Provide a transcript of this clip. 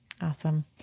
Awesome